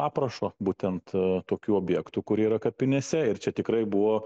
aprašo būtent tokių objektų kurie yra kapinėse ir čia tikrai buvo